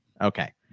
Okay